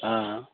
हा हा